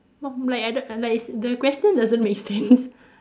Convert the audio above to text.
what bl~ I don't I like is the question doesn't make sense